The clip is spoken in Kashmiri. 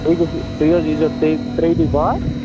تُہۍ گٔژھِو تُہۍ حظ یٖیزیٚو ترٛےٚ ترٛیٚیہِ دۅہۍ باد